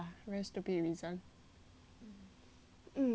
mm